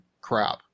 crap